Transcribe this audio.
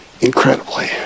incredibly